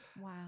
Wow